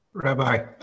Rabbi